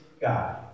God